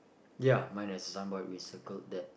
ya mine is signboard yeah we circled that